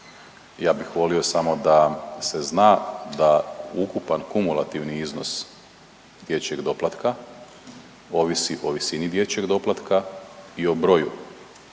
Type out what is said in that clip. Ja bih volio samo da se zna da ukupan kumulativni iznos dječjeg doplatka ovisi o visini dječjeg doplatka i o broju